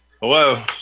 Hello